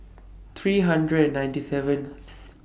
three hundred and ninety seventh